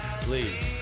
please